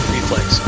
Reflex